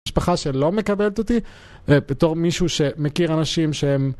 משפחה שלא מקבלת אותי, בתור מישהו שמכיר אנשים שהם...